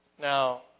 Now